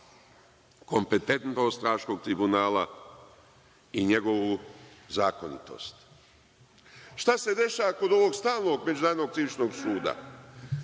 kompetentnost Haškog Tribunala i njegovu zakonitost. Šta se dešava kod ovog Stalnog Međunarodnog krivičnog suda,